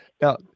now